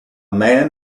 man